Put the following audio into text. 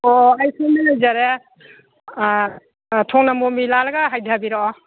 ꯑꯣ ꯑꯩ ꯁꯣꯝꯗ ꯂꯩꯖꯔꯦ ꯊꯣꯡ ꯅꯝꯕꯣꯝꯒꯤ ꯂꯥꯜꯂꯒ ꯍꯥꯏꯗꯕꯤꯔꯛꯑꯣ